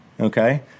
Okay